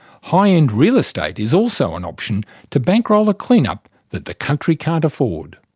high end real estate is also an option to bankroll a clean-up that the country can't afford.